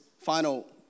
final